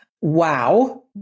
Wow